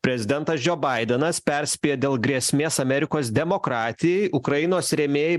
prezidentas džio baidenas perspėja dėl grėsmės amerikos demokratijai ukrainos rėmėjai